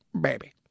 baby